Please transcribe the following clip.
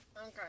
Okay